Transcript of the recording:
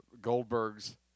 Goldberg's